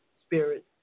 spirit